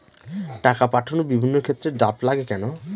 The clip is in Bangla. টাকা পাঠানোর বিভিন্ন ক্ষেত্রে ড্রাফট লাগে কেন?